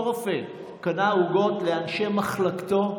אותו רופא קנה עוגות לאנשי מחלקתו,